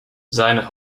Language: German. seine